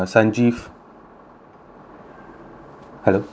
hello ya